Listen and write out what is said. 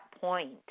point